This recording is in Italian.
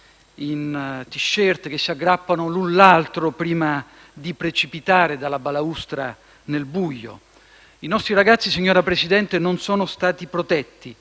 in *t-shirt* che si aggrappano l'un l'altro prima di precipitare dalla balaustra nel buio. I nostri ragazzi, signor Presidente, non sono stati protetti